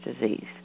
disease